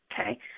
Okay